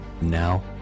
Now